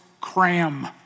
cram